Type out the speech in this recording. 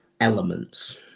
elements